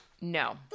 No